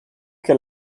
che